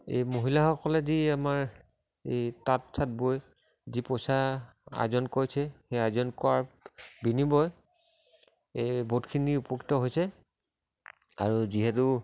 এই মহিলাসকলে যি আমাৰ এই তাঁত চাত বৈ যি পইচা আৰ্জন কৰিছে সেই আৰ্জন কৰাৰ বিনিময় এই বহুতখিনি উপকৃত হৈছে আৰু যিহেতু